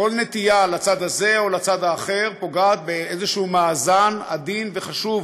כל נטייה לצד הזה או לצד האחר פוגעת באיזשהו מאזן עדין וחשוב